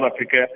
Africa